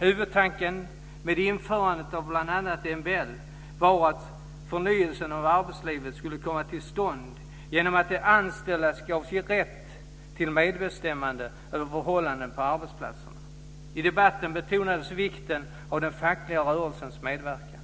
Huvudtanken med införandet av bl.a. MBL var att förnyelsen av arbetslivet skulle komma till stånd genom att de anställda gavs rätt till medbestämmande över förhållandena på arbetsplatserna. I debatten betonades vikten av den fackliga rörelsens medverkan.